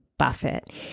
Buffett